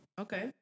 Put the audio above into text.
Okay